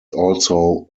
also